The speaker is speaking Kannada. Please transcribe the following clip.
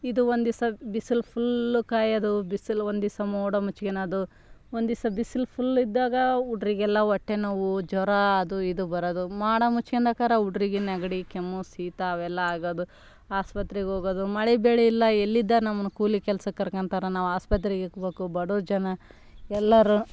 ಇದು ಒಂದು ದಿಸ ಬಿಸಿಲು ಫುಲ್ ಕಾಯೋದು ಬಿಸಿಲು ಒಂದು ದಿಸ ಮೋಡ ಮುಚ್ಕೋಳೊದು ಒಂದು ದಿಸ ಬಿಸಿಲು ಫುಲ್ ಇದ್ದಾಗ ಹುಡ್ರಿಗೆಲ್ಲ ಹೊಟ್ಟೆ ನೋವು ಜ್ವರ ಅದು ಇದು ಬರೋದು ಮೋಡ ಮುಚ್ಕೋಳೊಕರ ಹುಡ್ರಿಗೆ ನೆಗಡಿ ಕೆಮ್ಮು ಶೀತ ಅವೆಲ್ಲ ಆಗೋದು ಆಸ್ಪತ್ರೆಗೆ ಹೋಗೋದು ಮಳೆ ಬೆಳೆ ಇಲ್ಲ ಎಲ್ಲಿಂದ ನಮ್ಮನ್ನ ಕೂಲಿ ಕೆಲ್ಸಕ್ಕೆ ಕರ್ಕೊಳ್ತಾರೆ ನಾವು ಆಸ್ಪತ್ರೆಗೆ ಇಕ್ಬೇಕು ಬಡುರು ಜನ ಎಲ್ಲರೂ